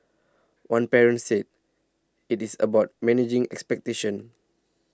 one parent said it is about managing expectations